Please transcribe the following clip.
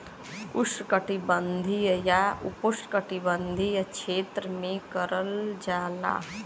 उष्णकटिबंधीय या उपोष्णकटिबंधीय क्षेत्र में करल जाला